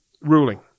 ruling